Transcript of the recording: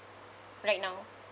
right now